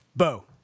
Bo